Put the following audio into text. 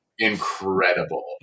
Incredible